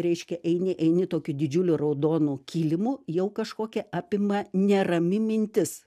reiškia eini eini tokiu didžiuliu raudonu kilimu jau kažkokia apima nerami mintis